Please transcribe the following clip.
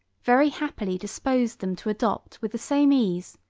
very happily disposed them to adopt with the same ease,